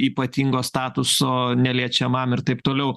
ypatingo statuso neliečiamam ir taip toliau